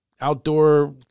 Outdoor